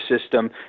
system